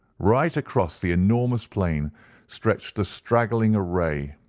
right across the enormous plain stretched the straggling array,